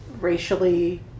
racially